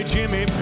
Jimmy